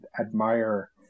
admire